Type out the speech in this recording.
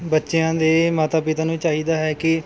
ਬੱਚਿਆਂ ਦੇ ਮਾਤਾ ਪਿਤਾ ਨੂੰ ਚਾਹੀਦਾ ਹੈ ਕਿ